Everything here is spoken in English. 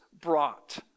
brought